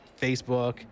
Facebook